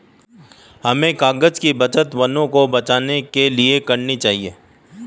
हमें कागज़ की बचत वनों को बचाने के लिए करनी चाहिए